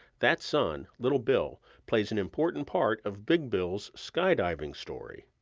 that son, little bill plays an important part of big bill's sky-diving story.